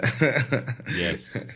yes